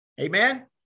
Amen